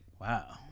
wow